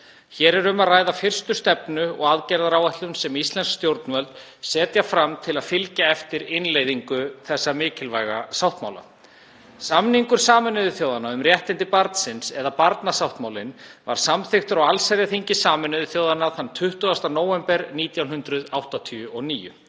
Hér er um að ræða fyrstu stefnu og aðgerðaáætlun sem íslensk stjórnvöld setja fram til að fylgja eftir innleiðingu þessa mikilvæga sáttmála. Samningur Sameinuðu þjóðanna um réttindi barnsins eða barnasáttmálinn var samþykktur á allsherjarþingi Sameinuðu þjóðanna þann 20. nóvember 1989.